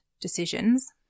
decisions